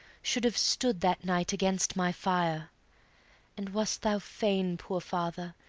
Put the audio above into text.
should have stood that night against my fire and wast thou fain, poor father,